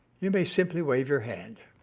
you may simply wave your hand.